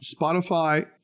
Spotify